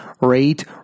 rate